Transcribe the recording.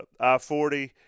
I-40